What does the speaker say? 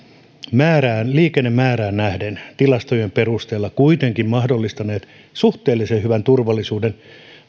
liikennemäärään nähden tilastojen perusteella mahdollistaneet suhteellisen hyvän turvallisuuden